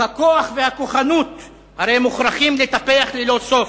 את הכוח והכוחנות הרי מוכרחים לטפח ללא סוף.